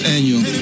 Annual